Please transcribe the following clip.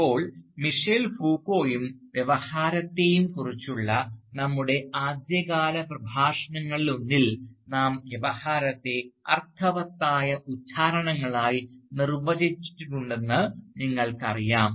ഇപ്പോൾ മിഷേൽ ഫൂക്കോയെയും വ്യവഹാരത്തെയും കുറിച്ചുള്ള നമ്മുടെ ആദ്യകാല പ്രഭാഷണങ്ങളിലൊന്നിൽ നാം വ്യവഹാരത്തെ അർത്ഥവത്തായ ഉച്ചാരണങ്ങളായി നിർവചിച്ചിട്ടുണ്ടെന്ന് നിങ്ങൾക്കറിയാം